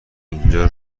اینجا